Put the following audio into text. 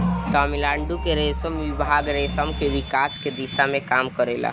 तमिलनाडु के रेशम विभाग रेशम के विकास के दिशा में काम करेला